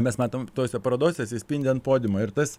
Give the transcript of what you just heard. mes matom tose parodose atsispindi ant podiumo ir tas